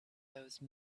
those